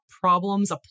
problems